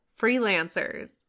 freelancers